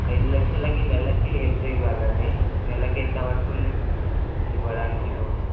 ఐదు లక్షలకి నెలకి ఎంత ఇవ్వాలండి నెలకి ఎంత పడుతుంది ఇవ్వడానికి లోన్